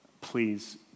Please